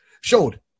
showed